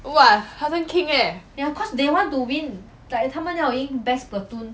!wah! 他很像 king eh